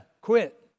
quit